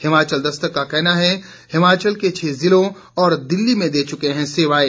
हिमाचल दस्तक का कहना है हिमाचल के छह जिलों और दिल्ली में दे चुके हैं सेवाएं